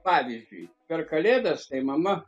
pavyzdžiui per kalėdas tai mama